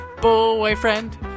boyfriend